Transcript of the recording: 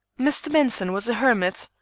mr. benson was a hermit.